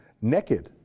naked